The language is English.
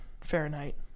Fahrenheit